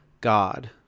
God